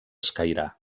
escairar